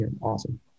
awesome